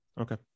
okay